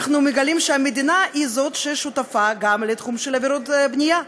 אנחנו מגלים שהמדינה גם היא שותפה לתחום של עבירות בנייה.